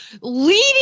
leading